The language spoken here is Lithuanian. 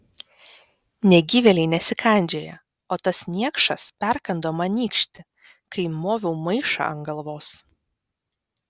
negyvėliai nesikandžioja o tas niekšas perkando man nykštį kai moviau maišą ant galvos